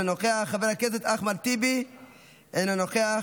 אינו נוכח,